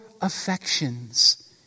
affections